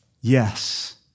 yes